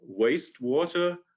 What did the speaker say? wastewater